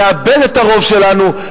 נאבד את הרוב שלנו,